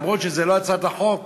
למרות שזאת לא הצעת החוק,